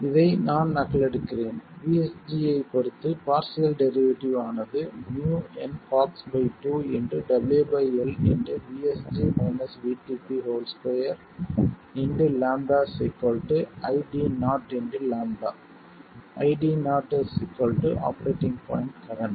இதை நான் நகலெடுக்கிறேன் VSD ஐப் பொறுத்து பார்சியல் டெரிவேட்டிவ் ஆனது µnCox2 W L2 λ ID0 λ ID0 operating point current